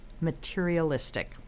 materialistic